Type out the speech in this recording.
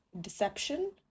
deception